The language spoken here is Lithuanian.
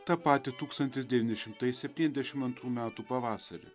tą patį tūkstantis devyni šimtai septyniasdešim antrų metų pavasarį